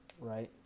right